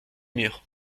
murs